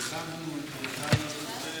אני מוכן להציג גם אותו,